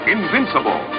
Invincible